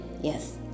Yes